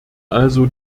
also